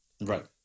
Right